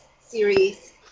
series